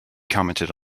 commented